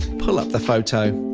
pull up the photo